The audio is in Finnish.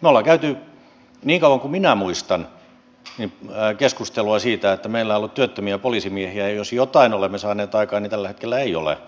me olemme käyneet niin kauan kuin minä muistan keskustelua siitä että meillä on ollut työttömiä poliisimiehiä ja jos jotain olemme saaneet aikaan niin sen että tällä hetkellä ei ole